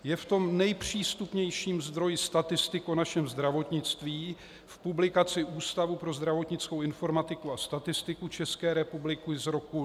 Je v tom nejpřístupnějším zdroji statistik o našem zdravotnictví, v publikaci Ústavu pro zdravotnickou informatiku a statistiku České republiky z roku 2013.